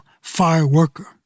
Fireworker